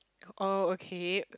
oh okay